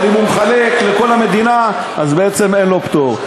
אבל אם הוא מחלק לכל המדינה, אז בעצם אין לו פטור.